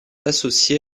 associé